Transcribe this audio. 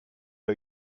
are